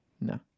No